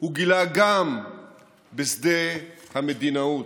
הוא גילה גם בשדה המדינאות.